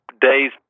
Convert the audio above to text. days